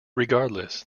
regardless